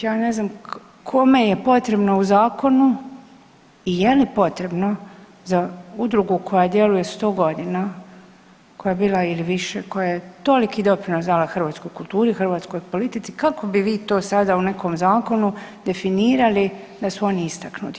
Ja ne znam kome je potrebno u zakonu i je li potrebno za udrugu koja djeluje 100 godina, koja je bila ili više, koja je toliki dala hrvatskoj kulturi, hrvatskoj politici, kako bi vi to sada u nekom zakonu definirali da su oni istaknuti.